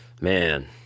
man